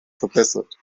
verbessert